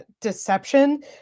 deception